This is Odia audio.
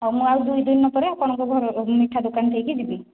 ହେଉ ମୁଁ ଆଉ ଦୁଇ ଦିନ ପରେ ଆପଣଙ୍କ ଘରର ମିଠା ଦୋକାନ ଠିକି ଯିବି